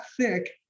thick